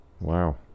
Wow